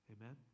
Amen